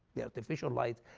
the artificial light,